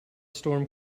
storm